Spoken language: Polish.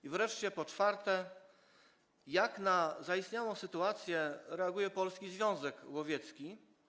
I wreszcie po czwarte, jak na zaistniałą sytuację reaguje Polski Związek Łowiecki?